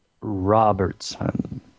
Robertson